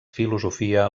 filosofia